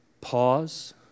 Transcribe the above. Pause